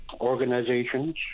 organizations